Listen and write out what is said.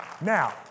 Now